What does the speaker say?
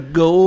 go